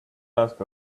ask